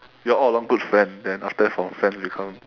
you are all along good friend then after that from friend become